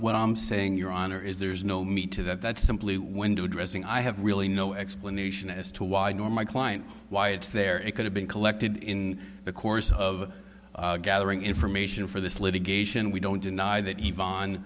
what i'm saying your honor is there is no meta that's simply window dressing i have really no explanation as to why nor my client why it's there it could have been collected in the course of gathering information for this litigation we don't deny that e